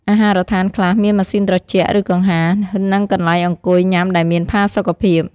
អាហារដ្ឋានខ្លះមានម៉ាស៊ីនត្រជាក់ ឬកង្ហារ និងកន្លែងអង្គុយញ៉ាំដែលមានផាសុខភាព។